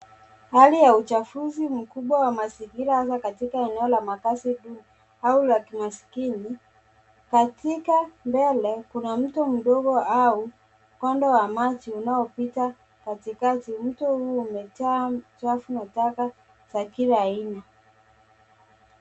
Hali ya uchafuzi mkubwa wa mazingira hasa katika eneo la makaazi duni au la kimaskini. Katika mbele kuna mto mdogo au ukondo wa maji unaopita katikati. Mto huu umejaa uchafu au taka za kila aina.